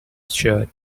shirt